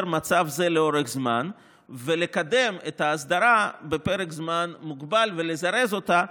מצב זה לאורך זמן ולקדם את ההסדרה בפרק זמן מוגבל ולזרז אותה,